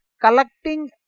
collecting